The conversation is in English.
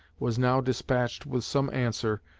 was now despatched with some answer,